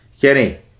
Kenny